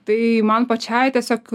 tai man pačiai tiesiog